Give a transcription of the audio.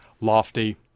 Lofty